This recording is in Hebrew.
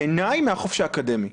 בעיניי, מהחופש האקדמי.